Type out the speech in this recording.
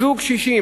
זוג קשישים,